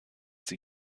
sie